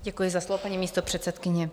Děkuji za slovo, paní místopředsedkyně.